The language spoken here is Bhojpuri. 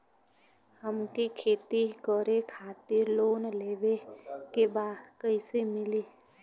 हमके खेती करे खातिर लोन लेवे के बा कइसे मिली?